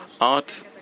Art